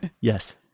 Yes